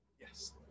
Yes